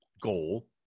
goal